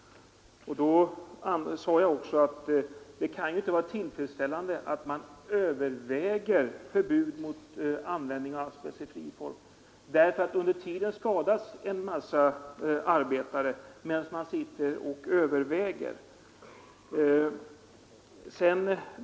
Då sade jag också att det inte kan vara tillfredsställande att man ”överväger” förbud mot användning av asbest i specifik form, eftersom under tiden en mängd arbetare skadas — medan man sitter och överväger.